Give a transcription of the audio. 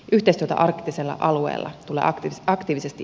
yhteistyötä arktisella alueella tulee aktiivisesti edistää